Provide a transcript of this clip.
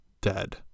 dead